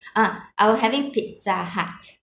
ah I was having pizza hut